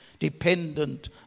dependent